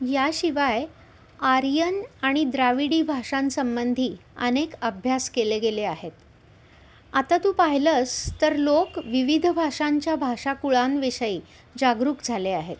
याशिवाय आर्यन आणि द्राविडी भाषांसंबंधी अनेक अभ्यास केले गेले आहेत आता तू पाहिलंस तर लोक विविध भाषांच्या भाषाकुळांविषयी जागरूक झाले आहेत